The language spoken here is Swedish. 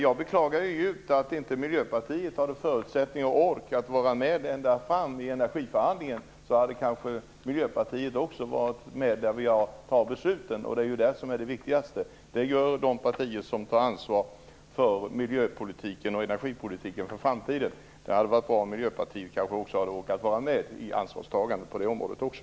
Jag beklagar djupt att Miljöpartiet inte hade förutsättningar och ork att vara med ända fram i energiförhandlingen. Hade de haft det hade kanske också Miljöpartiet varit med om att fatta besluten. Det är ju det som är det viktigaste. Det gör de partier som tar ansvar för miljöpolitiken och energipolitiken för framtiden. Det hade varit bra om Miljöpartiet hade orkat vara med i ansvarstagandet på det området också.